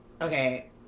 okay